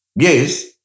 Yes